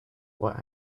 what